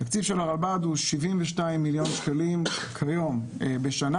תקציב הרלב"ד הוא 72 מיליון שקלים כיום בשנה.